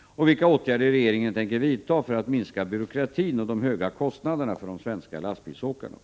och vilka åtgärder regeringen tänker vidta för att minska byråkratin och de höga kostnaderna för de svenska lastbilsåkarna.